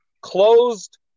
closed